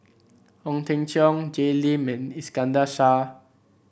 Ong Teng Cheong Jay Lim and Iskandar Shah